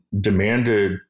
demanded